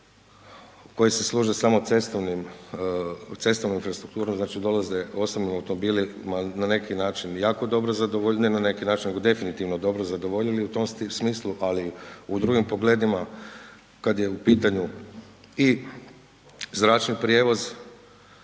koji se služe samo cestovnom infrastrukturom, znači dolaze osobnim automobilima na neki način jako dobro zadovoljili, ne na neki način nego definitivno dobro zadovoljili u tom smislu, ali u drugim pogledima, kad je u pitanju i zračni prijevoz,